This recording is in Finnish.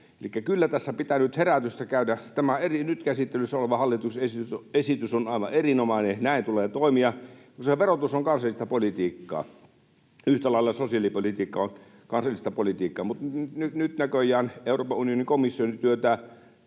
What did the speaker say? Elikkä kyllä tässä pitää nyt herätystä käydä. Tämä nyt käsittelyssä oleva hallituksen esitys on aivan erinomainen, näin tulee toimia. Tosiaan verotus on kansallista politiikkaa. Yhtä lailla sosiaalipolitiikka on kansallista politiikkaa, mutta nyt näköjään Euroopan unionin komissio työntää